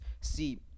see